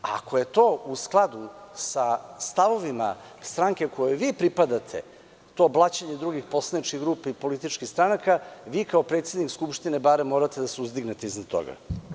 Ako je to u skladu sa stavovima stranke kojoj vi pripadate, to blaćenje drugih poslaničkih grupa i političkih stranaka, barem vi kao predsednik Skupštine morate da se uzdignete iznad toga.